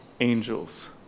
angels